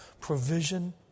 provision